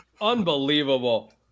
Unbelievable